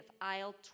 aisle